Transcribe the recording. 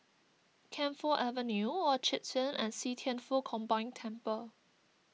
Camphor Avenue Orchard Turn and See Thian Foh Combined Temple